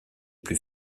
plus